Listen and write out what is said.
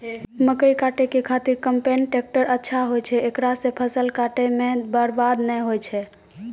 मकई काटै के खातिर कम्पेन टेकटर अच्छा होय छै ऐकरा से फसल काटै मे बरवाद नैय होय छै?